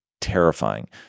terrifying